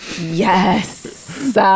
yes